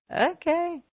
Okay